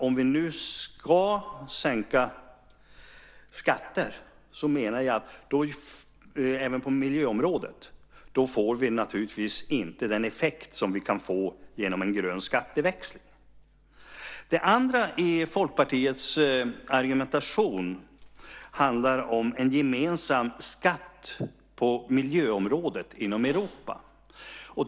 Om vi nu ska sänka skatter även på miljöområdet så menar jag att vi naturligtvis inte får den effekt som vi kan få genom en grön skatteväxling. Det andra i Folkpartiets argumentation handlar om en gemensam skatt på miljöområdet inom Europa.